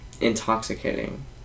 intoxicating